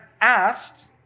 asked